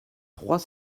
trois